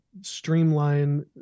streamline